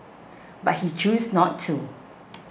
but he chose not to